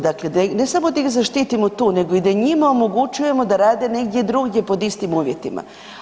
Dakle, ne samo da ih zaštitimo tu, nego da i njima omogućujemo da rade negdje drugdje pod istim uvjetima.